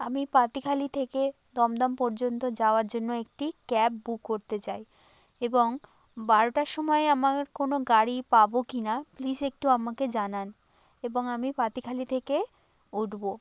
আমি পাতিখালি থেকে দমদম পর্যন্ত যাওয়ার জন্য একটি ক্যাব বুক করতে চাই এবং বারোটার সময় আমার কোনো গাড়ি পাবো কি না প্লিজ একটু আমাকে জানান এবং আমি পাতিখালি থেকে উঠব